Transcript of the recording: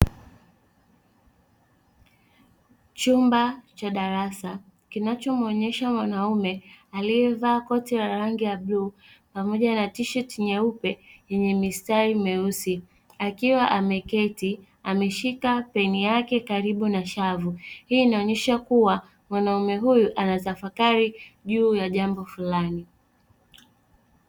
Chumba cha darasa kinachoonyesha mwanamume aliyevaa koti la rangi ya bluu pamoja na tisheti nyeupe yenye mistari meusi, akiwa ameketi, ameshika peni yake karibu na shavu, hii inaonyesha kuwa mwanaume huyu anatafakari juu ya jambo fulani.